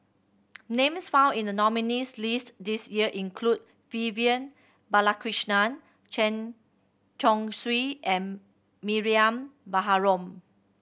names found in the nominees' list this year include Vivian Balakrishnan Chen Chong Swee and Mariam Baharom